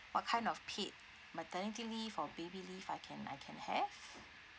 what kind of paid maternity leave or baby leave I can I can have